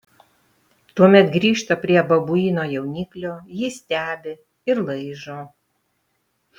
tuomet grįžta prie babuino jauniklio jį stebi ir laižo